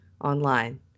online